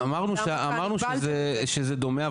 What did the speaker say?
אמרנו שזה דומה,